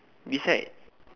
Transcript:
beside